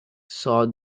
saw